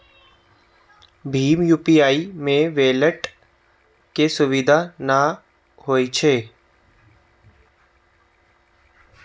भीम UPI मे wallet के सुविधा नै होइ छै